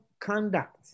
conduct